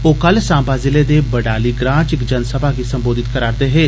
ओह कल सांबा जिले दे बडाली ग्रां च इक जनसभा गी संबोधित करै रदे हे